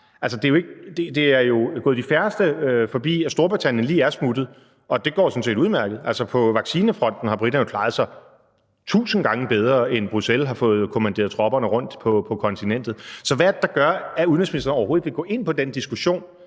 Det er jo gået de færrestes opmærksomhed forbi, at Storbritannien lige er smuttet, og det går sådan set udmærket. På vaccinefronten har briterne jo klaret sig tusind gange bedre end Bruxelles, inden disse har fået kommanderet tropperne rundt på kontinentet. Så hvad er det, der gør, at udenrigsministeren overhovedet ikke vil gå ind i den diskussion